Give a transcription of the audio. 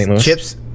chips